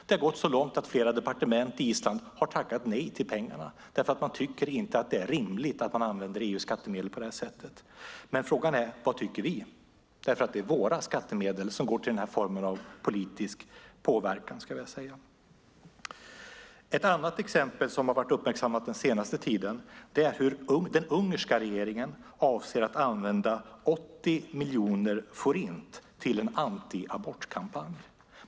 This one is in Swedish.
Det har gått så långt att flera departement på Island har tackat nej till pengarna därför att man inte tycker att det är rimligt att man använder EU:s skattemedel på det sättet. Frågan är: Vad tycker vi? Det är nämligen våra skattemedel som går till denna form av, skulle jag vilja säga, politisk påverkan. Ett annat exempel som har varit uppmärksammat den senaste tiden är att den ungerska regeringen avser att använda 80 miljoner forint till en antiabortkampanj.